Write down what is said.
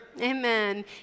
Amen